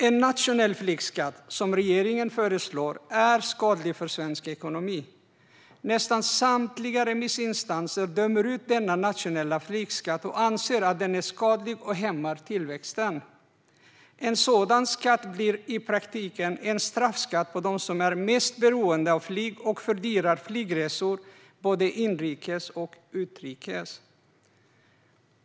En nationell flygskatt, som regeringen föreslår, är skadlig för svensk ekonomi. Nästan samtliga remissinstanser dömer ut denna nationella flygskatt. De anser att den är skadlig och hämmar tillväxten. En sådan skatt blir i praktiken en straffskatt på dem som är mest beroende av flyg, och den fördyrar flygresor, både inrikes och utrikes.